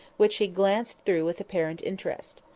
which he glanced through with apparent interest.